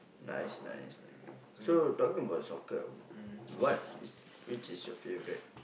nice nice nice so talking about soccer what is which is your favourite